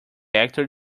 actor